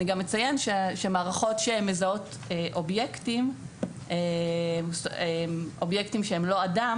אני גם אציין שמערכות שמזהות אובייקטים שהם לא אדם,